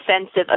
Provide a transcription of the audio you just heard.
offensive